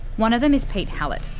one of them is pete hallett,